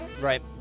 right